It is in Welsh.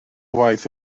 waith